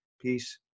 peace